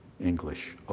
English